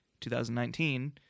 2019